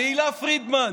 תהלה פרידמן,